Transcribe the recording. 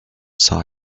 saw